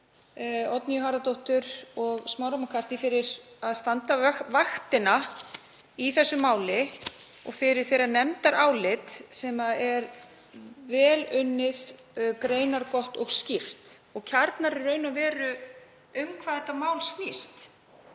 Oddnýju Harðardóttur og Smára McCarthy fyrir að standa vaktina í þessu máli og fyrir nefndarálit þeirra sem er vel unnið, greinargott og skýrt og kjarnar í raun og veru um hvað þetta mál snýst,